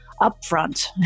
upfront